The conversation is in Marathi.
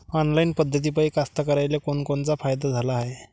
ऑनलाईन पद्धतीपायी कास्तकाराइले कोनकोनचा फायदा झाला हाये?